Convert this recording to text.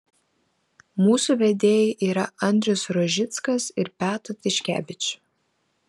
mūsų vedėjai yra andrius rožickas ir beata tiškevič